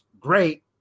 great